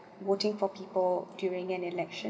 voting for people during an election